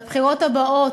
לבחירות הבאות,